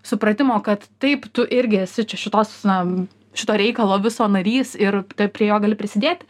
supratimo kad taip tu irgi esi čia šitos na šito reikalo viso narys ir prie jo gali prisidėt